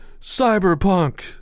cyberpunk